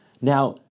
Now